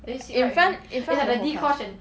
in front in front also